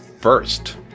first